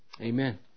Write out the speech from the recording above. Amen